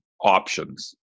options